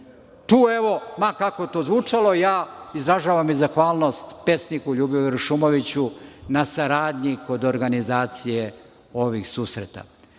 Srbije. Ma kako to zvučalo, ja izražavam zahvalnost pesniku Ljubivoju Ršumoviću na saradnji kod organizacije ovih